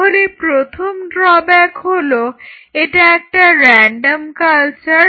তাহলে প্রথম ড্রব্যাক হলো এটা একটা রেনডম কালচার